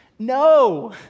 No